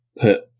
put